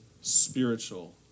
spiritual